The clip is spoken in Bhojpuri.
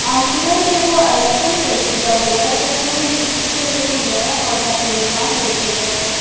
अंकुरण एगो आइसन प्रक्रिया होला जवना में बीज से एगो नया पौधा के निर्माण होखेला